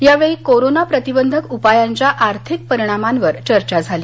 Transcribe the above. यावेळी कोरोना प्रतिबंधक उपायांच्या आर्थिक परिणामांवर चर्चा झाली